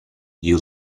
you